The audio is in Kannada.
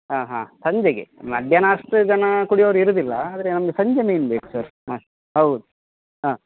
ಹಾಂ ಹಾಂ ಸಂಜೆಗೆ ಮಧ್ಯಾಹ್ನ ಅಷ್ಟು ಜನ ಕುಡಿಯೋರು ಇರೋದಿಲ್ಲ ಆದರೆ ನಮ್ಗೆ ಸಂಜೆ ಮೇಯ್ನ್ ಬೇಕು ಸರ್ ಹಾಂ ಹೌದು ಹಾಂ